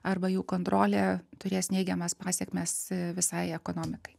arba jų kontrolė turės neigiamas pasekmes visai ekonomikai